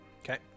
Okay